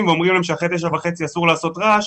ואומרים להם שאחרי 9:30 אסור לעשות רעש,